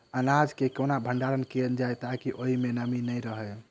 अनाज केँ केना भण्डारण कैल जाए ताकि ओई मै नमी नै रहै?